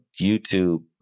YouTube